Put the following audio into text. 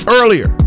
earlier